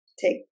take